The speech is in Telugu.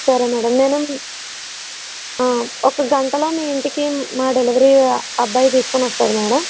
సరే మేడమ్ నేను ఒక గంటలో మీ ఇంటికి మా డెలీవరీ అబ్బాయ్ తీసుకొని వస్తాడు మేడమ్